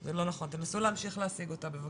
זה לא נכון, תנסו להמשיך להשיג אותה בבקשה.